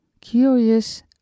curious